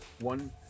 One